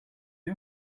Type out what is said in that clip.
you